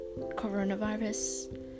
coronavirus